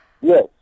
Yes